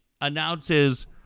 announces